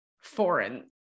foreign